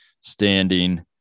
standing